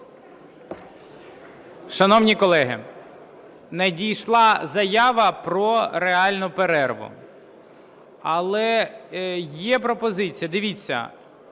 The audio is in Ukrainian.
Шановні колеги, надійшла заява про реальну перерву. Але є пропозиція. Дивіться,